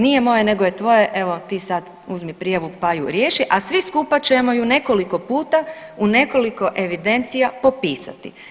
Nije moje nego je tvoje, evo ti sad uzmi prijavu pa ju riješi, a svi skupa ćemo ju nekoliko puta u nekoliko evidencija popisati.